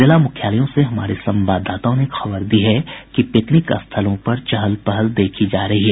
जिला मुख्यालयों से हमारे संवाददाताओं ने खबर दी है कि पिकनिक स्थलों पर चहल पहल देखी जा रही है